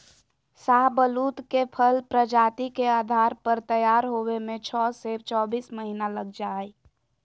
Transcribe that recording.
शाहबलूत के फल प्रजाति के आधार पर तैयार होवे में छो से चोबीस महीना लग जा हई